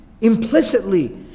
implicitly